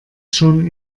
schon